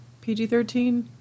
PG-13